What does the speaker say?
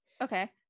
Okay